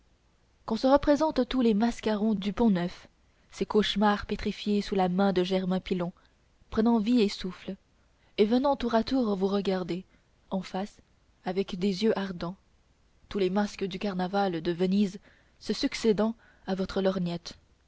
qu'on se représente tous les mascarons du pont-neuf ces cauchemars pétrifiés sous la main de germain pilon prenant vie et souffle et venant tour à tour vous regarder en face avec des yeux ardents tous les masques du carnaval de venise se succédant à votre lorgnette